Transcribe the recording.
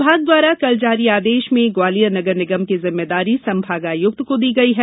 विभाग द्वारा कल जारी आदेश में ग्वालियर नगर निगम की जिम्मेदारी संभागायुक्त को दी गई है